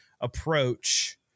approach